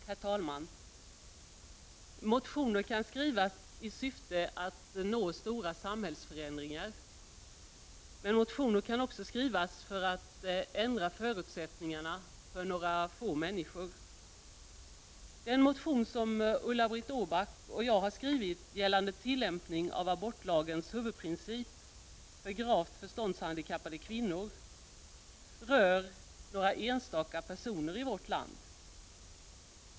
Herr talman! Motioner kan skrivas i syfte att nå stora samhällsförändringar, men motioner kan också skrivas för att ändra förutsättningarna för några få människor. Den motion som Ulla-Britt Åbark och jag skrivit gällande tillämpning av abortlagens huvudprincip för gravt förståndshandikappade kvinnor rör några enstaka personer i vårt land.